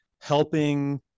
helping